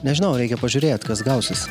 nežinau reikia pažiūrėt kas gausis